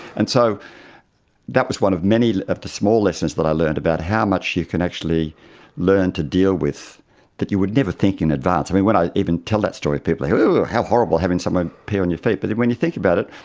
and so that was one of many of the small lessons that i learned about how much you can actually learn to deal with that you would never think in advance, i mean, when i even tell that story people go, ugh, how horrible, having someone pee on your feet. but and when you think about it,